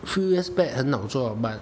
few years back 很好做 but